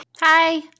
hi